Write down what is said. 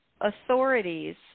authorities